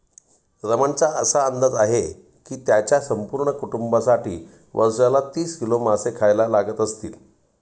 रमणचा असा अंदाज आहे की त्याच्या संपूर्ण कुटुंबासाठी वर्षाला तीस किलो मासे खायला लागत असतील